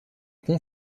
pont